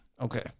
Okay